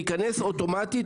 להזכירכם,